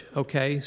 okay